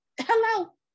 hello